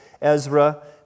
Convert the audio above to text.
Ezra